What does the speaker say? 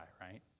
right